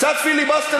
קצת פיליבסטר,